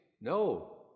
No